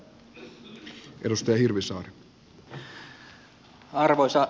arvoisa puhemies